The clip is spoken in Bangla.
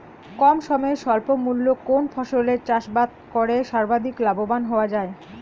কম সময়ে স্বল্প মূল্যে কোন ফসলের চাষাবাদ করে সর্বাধিক লাভবান হওয়া য়ায়?